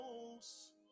close